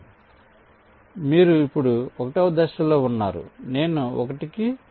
కాబట్టి మీరు ఇప్పుడు 1 వ దశలో ఉన్నారు నేను 1 కి సమానం